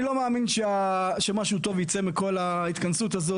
אני לא מאמין שמשהו טוב ייצא מכל ההתכנסות הזאת.